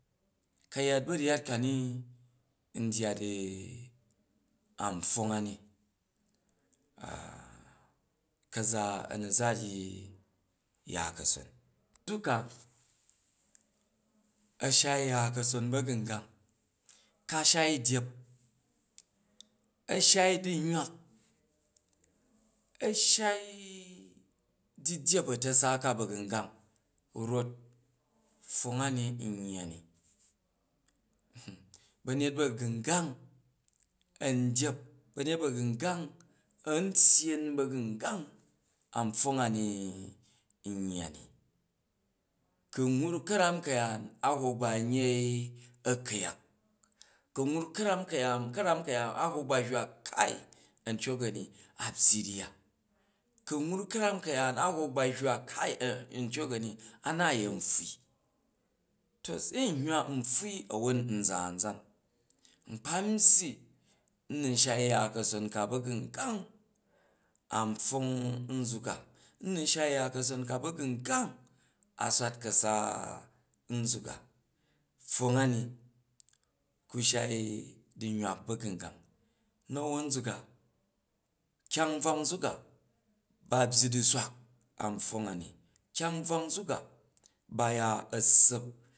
Ka̱yat ba̱ryyat ka ni n dyat anpfwong ani ka̱za anu za ryyi ya ka̱son duka, a shya ka̱son ba̱gungang, ka shai dyep a shai du̱nywa, ashai du̱dyep a̱tasa ka ba̱gungang rot pfwong ani n yya ni ba̱nyet ba̱gungang an dyep ba̱nyet ba̱gungang am tyen bagungang an pfwong ani niyya ni kun wruk ka̱ram ka̱yaan a hwok ban yei a̱ku̱yak, ku wruk ka̱ram ka̱yaan a hwok ba hywa kai a̱ntyok ani a byyi ryya, ku n wuk ka̱ram ka̱yaan a hwok ba hywa a̱ntyok ani ana yen pfwai to se n hywa n nfwui a̱wor nza anzar nkpa n byyi n nun shai ya ka̱nonka ba̱gungang an pfwong nzuka, a nan shai ya ka̱ron ka ba̱gungang a swat ka̱sa nzuk a, pfwong ani ku shai du̱nywak ba̱gungang, na̱uba nzuk a kyong nbrak nzuk a, ba byyi du̱swak an pfwong a ni, kyang bvwak nzuk a ba ya a̱ saap.